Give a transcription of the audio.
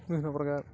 ବିଭିନ୍ନପ୍ରକାର